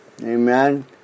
amen